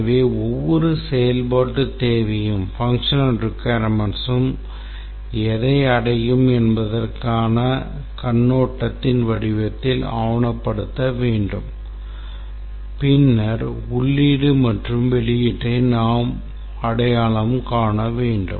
எனவே ஒவ்வொரு செயல்பாட்டுத் தேவையும் எதை அடையும் என்பதற்கான கண்ணோட்டத்தின் வடிவத்தில் ஆவணப்படுத்தப்பட வேண்டும் பின்னர் உள்ளீடு மற்றும் வெளியீட்டை நாம் அடையாளம் காண வேண்டும்